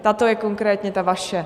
Tato je konkrétně ta vaše.